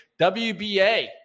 WBA